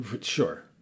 Sure